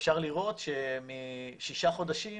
אפשר לראות שמשישה חודשים